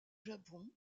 japon